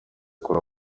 kure